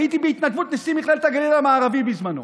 הייתי בהתנדבות נשיא מכללת הגליל המערבי בזמנו,